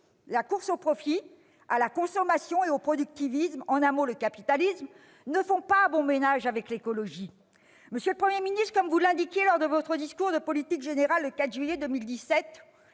la course au profit, à la consommation et au productivisme, en un mot le capitalisme, ne font pas bon ménage avec l'écologie. Monsieur le Premier ministre, vous disiez lors de votre discours de politique générale, le 4 juillet 2017,